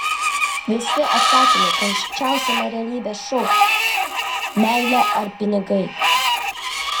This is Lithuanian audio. visi atsakymai karščiausiame realybės šou meilė ar pinigai